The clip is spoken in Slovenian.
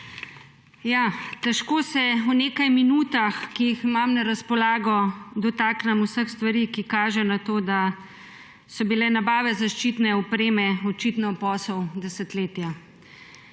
Težko se v nekaj minutah, ki jih imam na razpolago, dotaknem vseh stvari, ki kažejo na to, da so bile nabave zaščitne opreme očitno posel desetletja.